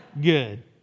Good